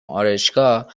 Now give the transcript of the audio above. آرایشگاه